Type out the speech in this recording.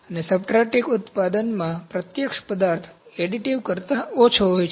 અને સબ્ટ્રેક્ટિવ ઉત્પાદનમાં પ્રત્યક્ષ પદાર્થ એડિટિવ કરતાં ઓછો હોય છે